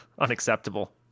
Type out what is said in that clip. unacceptable